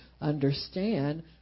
understand